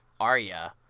Arya